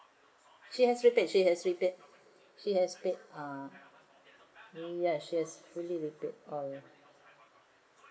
she has repaid she has repaid she has paid uh ya she has fully repaid all